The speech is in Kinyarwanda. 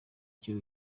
icyo